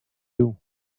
you